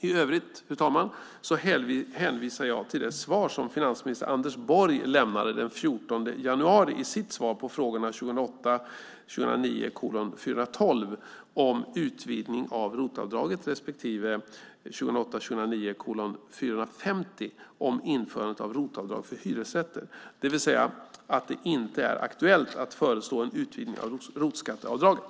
I övrigt hänvisar jag till det svar som finansminister Anders Borg lämnade den 14 januari i sitt svar på frågorna 2008 09:450 om införandet av ROT-avdrag för hyresrätter, det vill säga att det inte är aktuellt att föreslå en utvidgning av ROT-skatteavdraget.